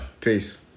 Peace